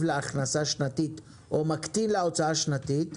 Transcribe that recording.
לה הכנסה שנתית או מקטין לה הוצאה שנתית,